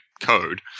code